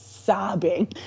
sobbing